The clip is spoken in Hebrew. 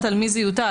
על מי זה יוטל,